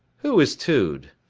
who is tude?